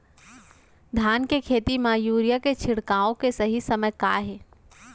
धान के खेती मा यूरिया के छिड़काओ के सही समय का हे?